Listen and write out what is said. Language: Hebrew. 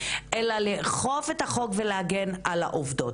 אלא לאכוף את החוק ולהגן על העובדות.